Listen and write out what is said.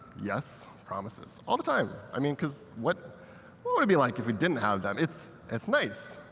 yes, promises. all the time. i mean, because what what would it be like if we didn't have that? it's it's nice.